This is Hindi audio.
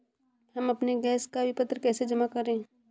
हम अपने गैस का विपत्र कैसे जमा करें?